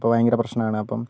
അപ്പോൾ ഭയങ്കര പ്രശ്നമാണ് അപ്പം